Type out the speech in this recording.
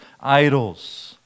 idols